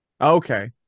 Okay